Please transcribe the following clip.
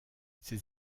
ses